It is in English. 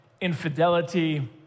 infidelity